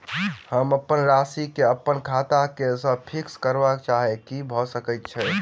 हम अप्पन राशि केँ अप्पन खाता सँ फिक्स करऽ चाहै छी भऽ सकै छै?